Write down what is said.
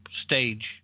stage